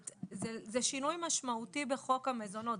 זה שינוי משמעותי בחוק המזונות.